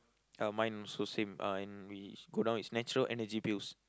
ah mine also same uh and we scroll down it's natural energy pills